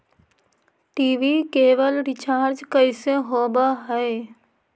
TV cable recharge कैसे होब हइ?